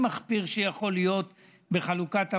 מחפיר שיכול להיות בחלוקת הוועדות.